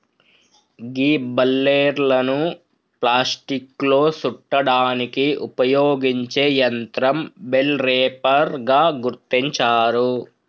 గీ బలేర్లను ప్లాస్టిక్లో సుట్టడానికి ఉపయోగించే యంత్రం బెల్ రేపర్ గా గుర్తించారు